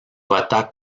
vota